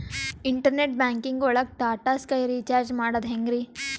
Internet banking ಒಳಗ್ Tata Sky recharge ಮಾಡದ್ ಹೆಂಗ್ರೀ?